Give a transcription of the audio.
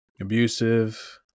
abusive